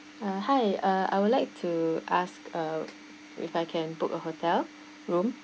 uh hi uh I would like to ask uh if I can book a hotel room